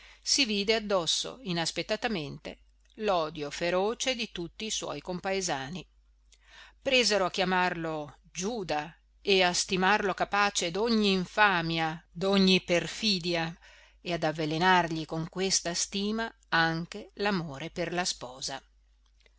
si vide addosso inaspettatamente l'odio feroce di tutti i suoi compaesani presero a chiamarlo giuda e a stimarlo capace d'ogni infamia di ogni perfidia e ad avvelenargli con questa stima anche l'amore per la sposa